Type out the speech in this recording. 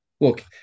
look